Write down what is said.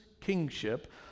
kingship